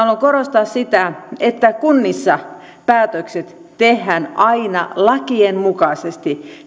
korostaa sitä että kunnissa päätökset tehdään aina lakien mukaisesti